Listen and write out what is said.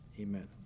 Amen